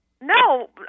No